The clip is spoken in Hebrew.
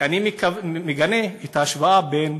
אני מגנה את ההשוואה בין